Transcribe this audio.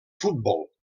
futbol